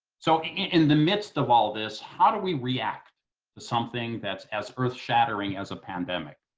so in the midst of all this, how do we react to something that's as earth shattering as a pandemic?